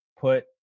put